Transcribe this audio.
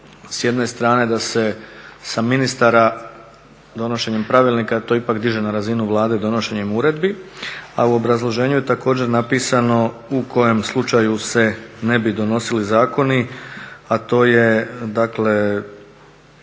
s jedne strane da se sa ministara donošenjem pravilnika to ipak diže na razinu Vlade, donošenjem uredbi a u obrazloženju je također napisano u kojem slučaju se ne bi donosili zakoni a to je dakle